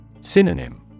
Synonym